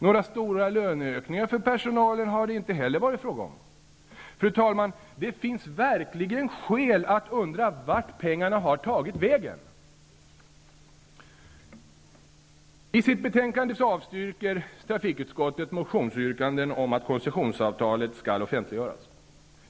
Några stora löneökningar för personalen har det inte heller varit fråga om. Fru talman! Det finns verkligen skäl att undra vart pengarna har tagit vägen. I sitt betänkande avstyrker trafikutskottet motionsyrkanden om att koncessionsavtalet skall offentliggöras.